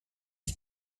gas